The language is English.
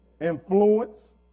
influence